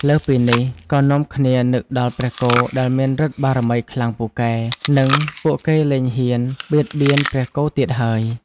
លើសពីនេះ ក៏នាំគ្នានឹកដល់ព្រះគោដែលមានឬទ្ធិបារមីខ្លាំងពូកែ និងពួកគេលែងហ៊ានបៀតបៀនព្រះគោទៀតហើយ។